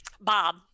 bob